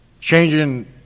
Changing